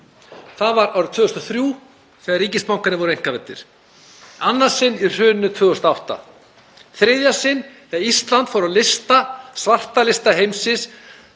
Það var árið 2003 þegar ríkisbankarnir voru einkavæddir. Í annað sinn í hruninu 2008. Í þriðja sinn þegar Ísland fór á svarta lista heimsins